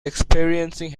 experiencing